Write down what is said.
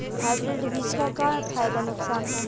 Hybrid बीज क का फायदा नुकसान ह?